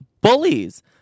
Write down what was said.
bullies